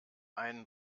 einen